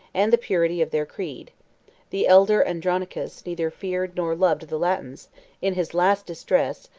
and the purity of their creed the elder andronicus neither feared nor loved the latins in his last distress,